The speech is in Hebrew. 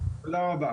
תודה רבה.